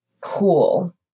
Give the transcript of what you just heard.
cool